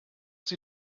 sie